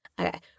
Okay